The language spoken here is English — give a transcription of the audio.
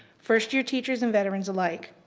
first year teachers and veterans alike.